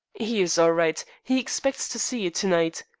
he is all right. he expects to see you to-night.